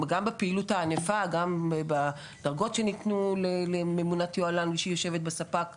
גם בפעילות הענפה; גם בדרגות שניתנו לממונת יוהל"ן שיושבת בספק;